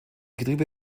getriebe